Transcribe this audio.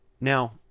Now